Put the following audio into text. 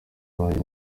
banjye